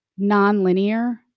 nonlinear